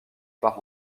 par